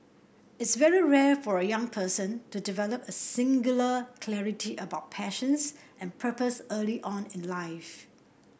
it's very rare for a young person to develop a singular clarity about passions and purpose early on in life